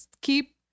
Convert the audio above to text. keep